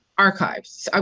archives. um